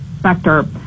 sector